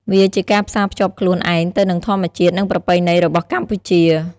វាជាការផ្សារភ្ជាប់ខ្លួនឯងទៅនឹងធម្មជាតិនិងប្រពៃណីរបស់កម្ពុជា។